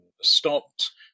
stopped